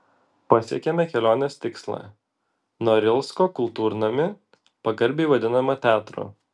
pasiekėme kelionės tikslą norilsko kultūrnamį pagarbiai vadinamą teatru